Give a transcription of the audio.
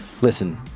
listen